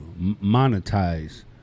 monetize